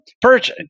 perch